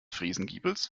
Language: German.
friesengiebels